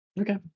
Okay